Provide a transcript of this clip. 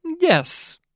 Yes